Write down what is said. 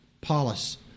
polis